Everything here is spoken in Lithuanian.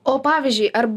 o pavyzdžiui ar